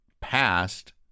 past